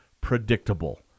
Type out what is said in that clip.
predictable